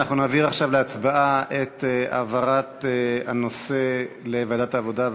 אנחנו נעביר עכשיו להצבעה את העברת הנושא לוועדת העבודה,